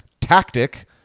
tactic